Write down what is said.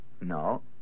No